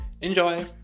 Enjoy